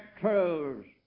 truths